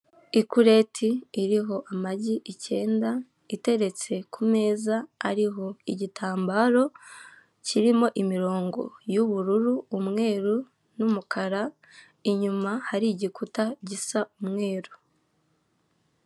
Ikureti iriho amagi icyenda iteretse ku meza ariho igitambaro kirimo imirongo y'ubururu, umweru n'umukara, inyuma hari igikuta gisa umweru.